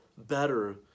better